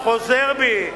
חוזר בי.